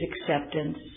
acceptance